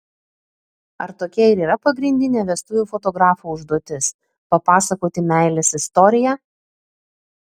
ar tokia ir yra pagrindinė vestuvių fotografo užduotis papasakoti meilės istoriją